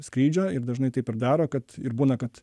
skrydžio ir dažnai taip ir daro kad ir būna kad